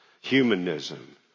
humanism